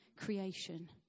creation